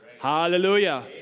Hallelujah